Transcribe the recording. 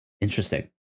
interesting